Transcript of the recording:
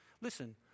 Listen